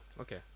okay